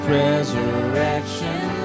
resurrection